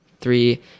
three